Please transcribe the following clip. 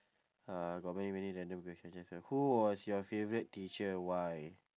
uh got many many random question just wait who was your favourite teacher why